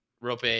Rope